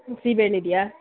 ಸೀಬೆ ಹಣ್ ಇದೆಯಾ